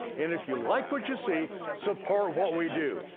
and if you like what you see, support what we do,